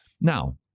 Now